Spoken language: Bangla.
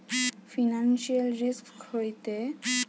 ফিনান্সিয়াল রিস্ক হইতে বাঁচার ব্যাবস্থাপনা হচ্ছে ঝুঁকির পরিচালনা করতিছে